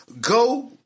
go